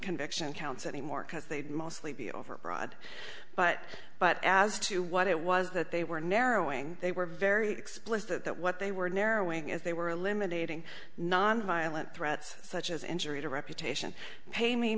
conviction counts anymore because they'd mostly be overbroad but but as to what it was that they were narrowing they were very explicit that what they were narrowing as they were eliminating nonviolent threats such as injury to reputation pay me